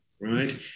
right